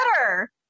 better